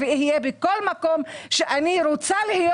-- ואהיה בכל מקום שאני רוצה להיות